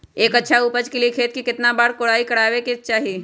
एक अच्छा उपज के लिए खेत के केतना बार कओराई करबआबे के चाहि?